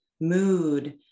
mood